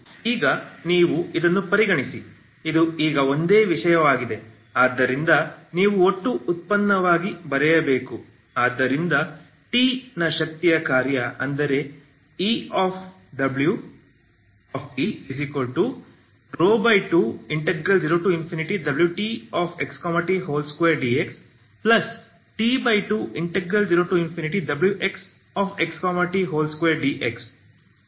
ಈಗ ನೀವು ಇದನ್ನು ಪರಿಗಣಿಸಿ ಇದು ಈಗ ಒಂದೇ ವಿಷಯವಾಗಿದೆ ಆದ್ದರಿಂದ ನೀವು ಒಟ್ಟು ಉತ್ಪನ್ನವಾಗಿ ಬರೆಯಬೇಕು ಆದ್ದರಿಂದ t ನ ಶಕ್ತಿಯ ಕಾರ್ಯ ಅಂದರೆ Ewt20wtxt2dxT20wxxt2dx